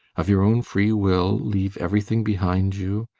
of your own free will leave everything behind you?